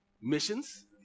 missions